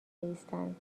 بایستند